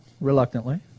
reluctantly